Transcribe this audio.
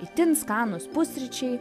itin skanūs pusryčiai